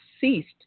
ceased